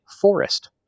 forest